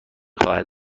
خواهد